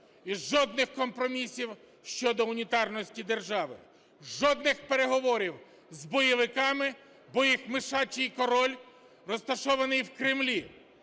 І жодних компромісів щодо унітарності держави. Жодних переговорів з бойовиками, бо їх "мишачий король" розташований в Кремлі,